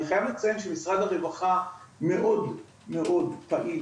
אני חייב לציין שמשרד הרווחה מאוד מאוד פעיל